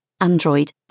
Android